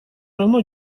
равно